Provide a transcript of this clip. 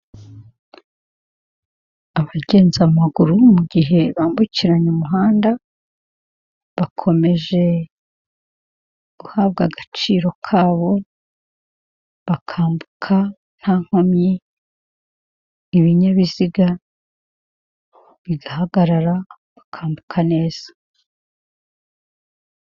Abagenza amaguru mu gihe bambukiranya umuhanda, bakomeje guhabwa agaciro kabo bakambuka nta nkomyi, ibinyabiziga bigahagarara bakambuka neza.